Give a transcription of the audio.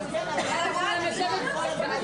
כולם לשבת.